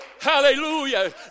Hallelujah